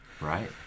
Right